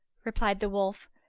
replied the wolf,